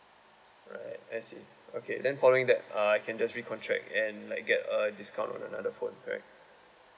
alright I see okay then following that uh I can just recontract and I get a discount for another phone right